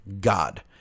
god